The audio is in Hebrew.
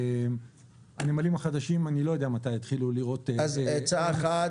אז עצה אחת,